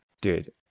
dude